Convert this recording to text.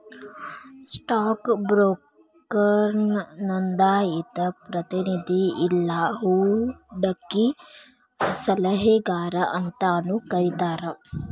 stock ಬ್ರೋಕರ್ನ ನೋಂದಾಯಿತ ಪ್ರತಿನಿಧಿ ಇಲ್ಲಾ ಹೂಡಕಿ ಸಲಹೆಗಾರ ಅಂತಾನೂ ಕರಿತಾರ